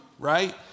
right